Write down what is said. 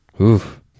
Oof